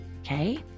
Okay